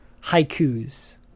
haikus